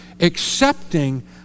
accepting